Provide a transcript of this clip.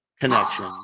connection